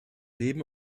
leben